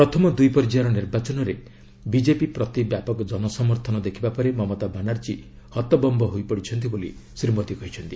ପ୍ରଥମ ଦୁଇ ପର୍ଯ୍ୟାୟର ନିର୍ବାଚନରେ ବିକେପି ପ୍ରତି ବ୍ୟାପକ ଜନସମର୍ଥନ ଦେଖିବା ପରେ ମମତା ବାନାର୍ଜୀ ହତବମ୍ୟ ହୋଇପଡ଼ିଛନ୍ତି ବୋଲି ଶ୍ରୀ ମୋଦି କହିଛନ୍ତି